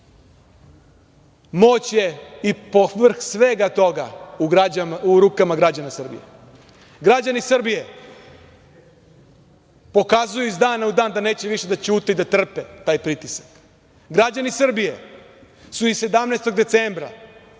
moć je i povrh svega toga u rukama građana Srbije. Građani Srbije pokazuju iz dana u dan da neće više da ćute i da trpe taj pritisak. Građani Srbije su 17. decembra